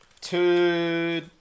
two